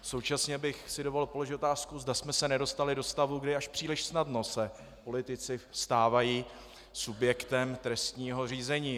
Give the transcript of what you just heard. Současně bych si dovolil položit otázku, zda jsme se nedostali do stavu, kdy až příliš snadno se politici stávají subjektem trestního řízení.